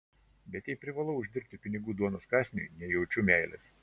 bet jei privalau uždirbti pinigų duonos kąsniui nejaučiu meilės